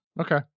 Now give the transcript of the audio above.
okay